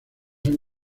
han